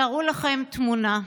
תארו לכם תמונה: